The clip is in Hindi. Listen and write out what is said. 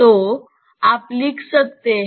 तो आप लिख सकते हैं